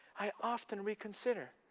i often reconsider.